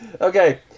Okay